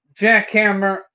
jackhammer